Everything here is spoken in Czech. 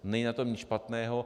Není na tom nic špatného.